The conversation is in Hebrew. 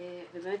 באמת,